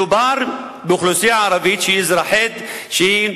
מדובר באוכלוסייה ערבית, שהיא